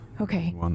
Okay